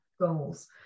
goals